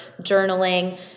journaling